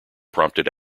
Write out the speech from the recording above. prompted